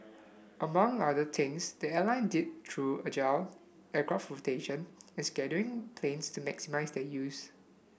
among other things the airline did through agile aircraft rotation and scheduling planes to maximise their use